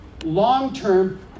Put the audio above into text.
long-term